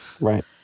Right